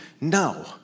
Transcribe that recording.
No